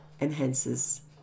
enhances